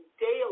daily